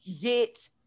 get